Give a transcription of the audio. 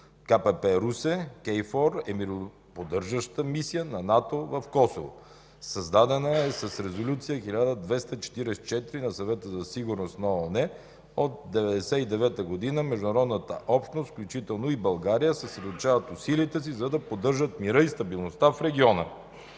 КПП Русе. KFOR е мироподдържаща мисия на НАТО в Косово. Създадена е с Резолюция № 1244 на Съвета за сигурност на ООН от 1999 г. Международната общност, включително и България, съсредоточават усилията си, за да поддържат мира и стабилността в региона.